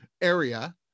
area